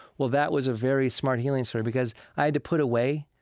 well, that was a very smart healing story because i had to put away,